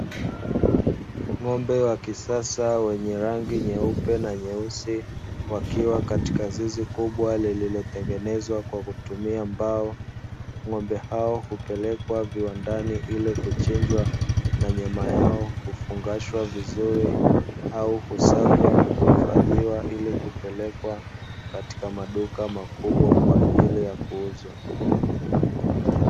Ng'ombe wa kisasa wenye rangi nyeupe na nyeusi wakiwa katika zizi kubwa lillilotengenezwa kwa kutumia mbao, ng'ombe hao hupelekwa viwandani ili kuchijwa na nyama yao kufungashwa vizuri au husagwa na kuhifadhiwa ili kupelekwa katika maduka makubwa kwaajili ya kuuzwa.